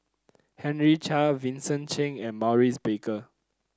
Henry Chia Vincent Cheng and Maurice Baker